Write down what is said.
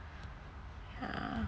!huh!